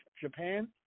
Japan